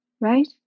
right